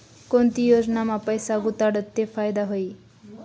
कोणती योजनामा पैसा गुताडात ते फायदा व्हई?